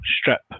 strip